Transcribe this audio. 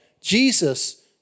Jesus